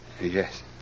Yes